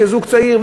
כזוג צעיר,